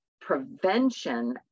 prevention